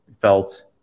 felt